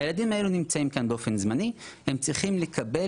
הילדים האלה נמצאים כאן באופן זמני והם צריכים לקבל